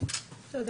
תודה